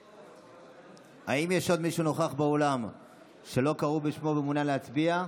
נגד האם יש עוד מישהו נוכח באולם שלא קראו בשמו ומעוניין להצביע?